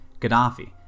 Gaddafi